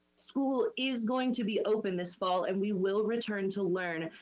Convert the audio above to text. school is going to be open this fall and we will return to learn.